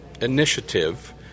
initiative